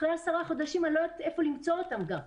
אחרי 10 חודשים אני לא יודעת איפה למצוא אותם גם,